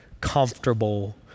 comfortable